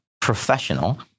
professional